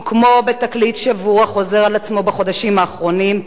וכמו בתקליט שבור החוזר על עצמו בחודשים האחרונים,